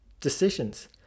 decisions